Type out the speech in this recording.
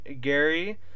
Gary